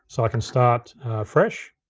so i can start fresh.